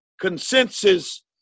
consensus